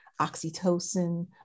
oxytocin